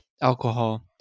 alcohol